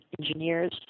engineers